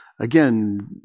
Again